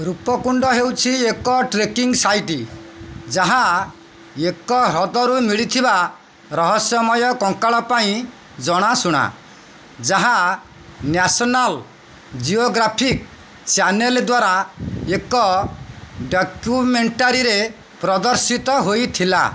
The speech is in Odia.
ରୁପକୁଣ୍ଡ ହେଉଛି ଏକ ଟ୍ରେକିଂ ସାଇଟ୍ ଯାହା ଏକ ହ୍ରଦରୁ ମିଳିଥିବା ରହସ୍ୟମୟ କଙ୍କାଳ ପାଇଁ ଜଣାଶୁଣା ଯାହା ନ୍ୟାସନାଲ୍ ଜିଓଗ୍ରାଫିକ୍ ଚ୍ୟାନେଲ୍ ଦ୍ୱାରା ଏକ ଡକ୍ୟୁମେଣ୍ଟାରୀରେ ପ୍ରଦର୍ଶିତ ହୋଇଥିଲା